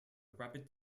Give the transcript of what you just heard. rapid